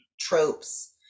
tropes